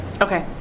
Okay